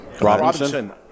Robinson